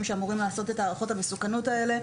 שאמורים לעשות את הערכות המסוכנות האלה.